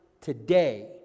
Today